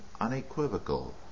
unequivocal